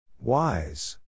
Wise